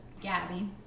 Gabby